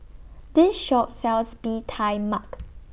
This Shop sells Bee Tai Mak